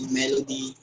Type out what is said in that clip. melody